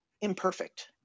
imperfect